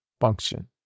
function